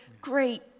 great